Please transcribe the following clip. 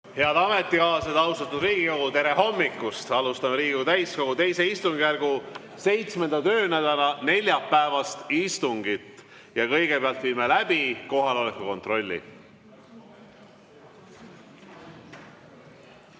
Head ametikaaslased! Austatud Riigikogu! Tere hommikust! Alustame Riigikogu täiskogu II istungjärgu 7. töönädala neljapäevast istungit. Kõigepealt viime läbi kohaloleku kontrolli.